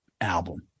album